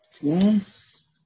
Yes